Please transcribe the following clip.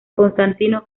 constantino